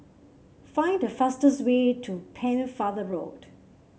find the fastest way to Pennefather Road